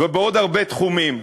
ובעוד הרבה תחומים.